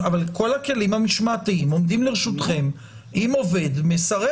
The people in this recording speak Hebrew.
אבל כל הכלים המשמעתיים עומדים לרשותכם אם עובד מסרב